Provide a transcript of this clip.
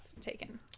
taken